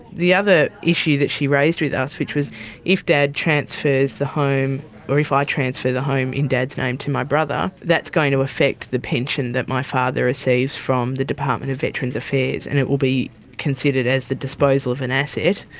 the other issue that she raised with us was if dad transfers the home or if i transfer the home in dad's name to my brother, that's going to affect the pension that my father receives from the department of veterans affairs and it will be considered as the disposal of an asset,